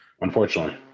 Unfortunately